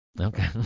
Okay